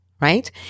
right